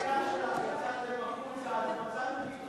חבר הכנסת ישראל אייכלר לא נמצא.